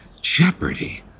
Jeopardy